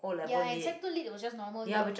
ya and sec two lit was just normal lit